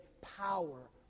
power